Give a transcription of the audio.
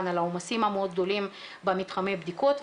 על העומסים המאוד גדולים במתחמי הבדיקות,